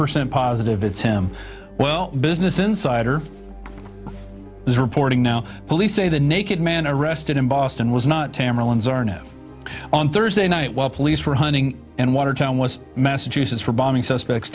percent positive it's him well business insider is reporting now police say the naked man arrested in boston was not on thursday night while police were hunting in watertown was massachusetts for bombing suspects